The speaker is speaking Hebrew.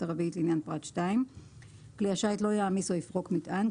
הרביעית לעניין פרט 2. כלי השיט לא יעמיס או יפרוק מטען.